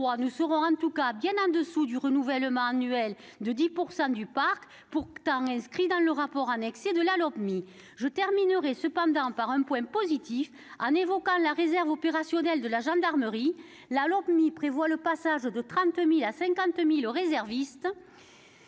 nous serons bien au-dessous du renouvellement annuel de 10 % du parc pourtant inscrit dans le rapport annexé au projet de Lopmi. Je terminerai par un point positif, en évoquant la réserve opérationnelle de la gendarmerie. Le projet de Lopmi prévoit le passage de 30 000 à 50 000 réservistes,